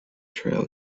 trail